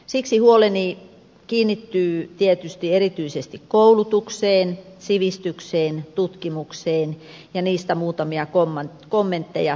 siksi huoleni kiinnittyy tietysti erityisesti koulutukseen sivistykseen tutkimukseen ja niistä muutamia kommentteja seuraavaksi